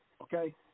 Okay